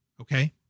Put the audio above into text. Okay